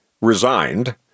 resigned